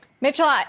Mitchell